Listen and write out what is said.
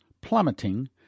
plummeting